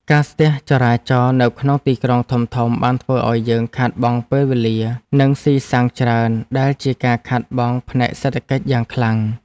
ការស្ទះចរាចរណ៍នៅក្នុងទីក្រុងធំៗបានធ្វើឱ្យយើងខាតបង់ពេលវេលា និងស៊ីសាំងច្រើនដែលជាការខាតបង់ផ្នែកសេដ្ឋកិច្ចយ៉ាងខ្លាំង។